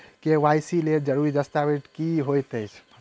KYC लेल जरूरी दस्तावेज की होइत अछि?